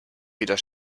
wieder